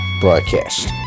broadcast